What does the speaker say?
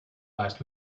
last